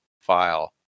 file